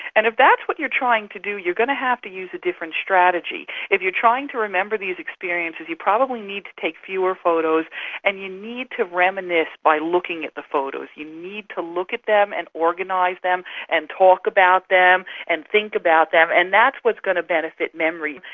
and if that's what you're trying to do you're going to have to use a different strategy. if you are trying to remember these experiences you probably need to take fewer photos and you need to reminisce by looking at the photos, you need to look at them and organise them and talk about them and think about them, and that's what's going to benefit memory.